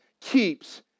keeps